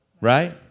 Right